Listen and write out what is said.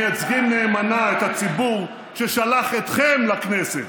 מייצגים נאמנה את הציבור ששלח אתכם לכנסת.